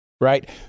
Right